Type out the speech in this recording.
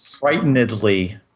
frightenedly